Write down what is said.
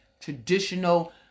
traditional